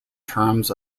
terms